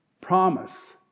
promise